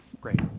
Great